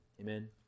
Amen